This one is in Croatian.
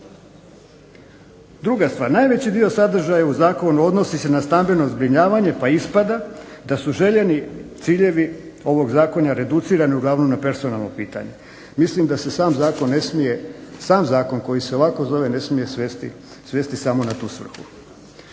Druga stvar, najveći dio sadržaja u Zakonu odnosi se na stambeno zbrinjavanje pa ispada da su željeni ciljevi ovog Zakona reducirani uglavnom na personalno pitanje. Mislim da se sam Zakon ne smije, sam zakon koji se ovako zove ne smije svesti samo na ovu svrhu.